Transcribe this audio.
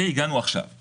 והגענו עכשיו.